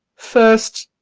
first,